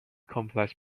complex